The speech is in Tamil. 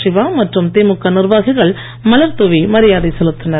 சிவா மற்றும் திமுக நிர்வாகிகள் மலர்தூவி மரியாதை செலுத்தினர்